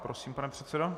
Prosím, pane předsedo.